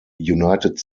united